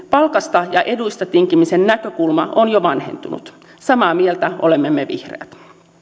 palkasta ja eduista tinkimisen näkökulma on on jo vanhentunut samaa mieltä olemme me vihreät